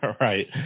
right